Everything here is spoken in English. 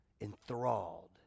enthralled